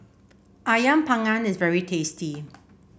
ayam Panggang is very tasty